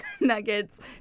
nuggets